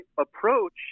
approach